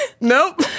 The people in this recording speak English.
Nope